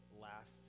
last